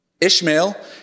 Ishmael